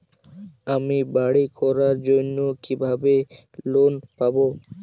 আমি বাড়ি করার জন্য কিভাবে লোন পাব?